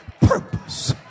purpose